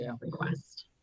request